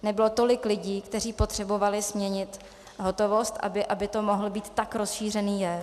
Nebylo tolik lidí, kteří potřebovali směnit hotovost, aby to mohl být tak rozšířený jev.